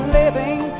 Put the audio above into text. living